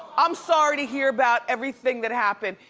i'm sorry to hear about everything that happened.